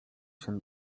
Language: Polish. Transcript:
się